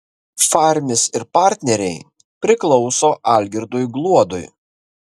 farmis ir partneriai priklauso algirdui gluodui